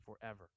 forever